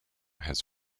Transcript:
has